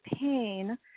pain